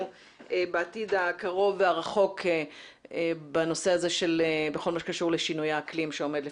בעתיד הקרוב והרחוק בכל הנושא הזה שקשור לשינויי אקלים שעומד לפתחתנו.